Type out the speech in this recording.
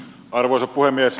arvoisa puhemies